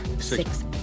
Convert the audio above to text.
six